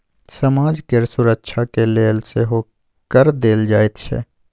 समाज केर सुरक्षाक लेल सेहो कर देल जाइत छै